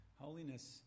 Holiness